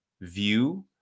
view